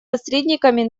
посредниками